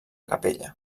capella